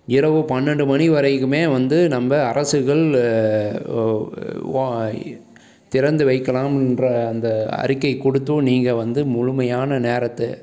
இரவு பன்னெண்டு மணி வரைக்குமே வந்து நம்ப அரசுகள் திறந்து வைக்கலாம்முன்ற அந்த அறிக்கை கொடுத்தும் நீங்கள் வந்து முழுமையான நேரத்தை